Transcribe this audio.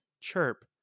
chirp